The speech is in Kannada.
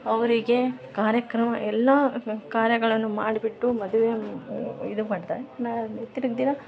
ಅವರಿಗೆ ಕಾರ್ಯಕ್ರಮ ಎಲ್ಲಾ ಕಾರ್ಯಗಳನ್ನು ಮಾಡ್ಬಿಟ್ಟು ಮದುವೆ ಇದು ಪಡ್ತಾ ನಾ ತಿರ್ಗ ದಿನ